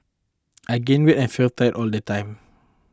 I gained weight and felt tired all the time